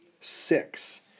Six